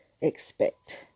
expect